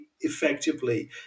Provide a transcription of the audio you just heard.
effectively